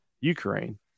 Ukraine